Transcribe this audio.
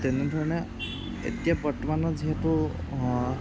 তেনেধৰণে এতিয়া বৰ্তমানো যিহেতু